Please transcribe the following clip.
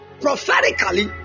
prophetically